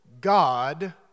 God